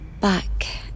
back